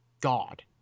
God